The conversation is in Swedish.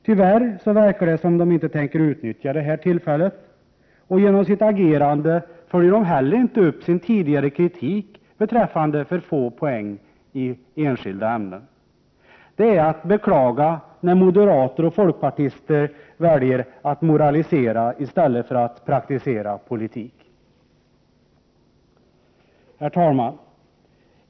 Tyvärr verkar det som om folkpartiet inte tänker utnyttja detta tillfälle. Genom sitt agerande följer folkpartiet heller inte upp sin tidigare kritik beträffande för få poäng i enskilda ämnen. Det är att beklaga att moderater och folkpartister väljer att moralisera i stället för att praktisera politik. Herr talman!